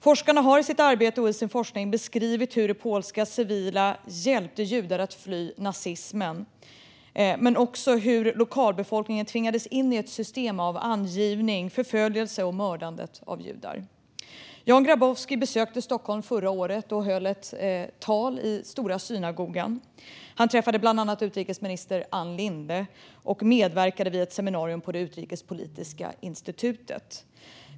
Forskarna har i sitt arbete och i sin forskning beskrivit hur polska civila hjälpte judar att fly nazismen men också hur lokalbefolkningen tvingades in i ett system av angiveri, förföljelse och mördandet av judar. Jan Grabowski besökte Stockholm förra året och höll ett tal i Stora synagogan. Han träffade bland annat utrikesminister Ann Linde och medverkade vid ett seminarium på Utrikespolitiska institutet.